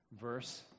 Verse